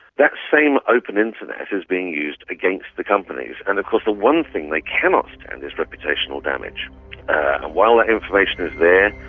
that same open internet is being used against the companies, and of course the one thing they cannot stand is reputational damage. and while that information is there,